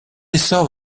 essor